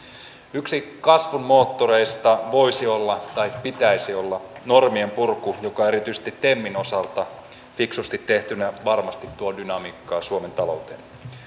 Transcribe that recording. yksi kasvun moottoreista voisi olla tai pitäisi olla normien purku joka erityisesti temin osalta fiksusti tehtynä varmasti tuo dynamiikkaa suomen talouteen